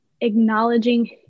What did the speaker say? acknowledging